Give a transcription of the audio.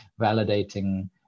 validating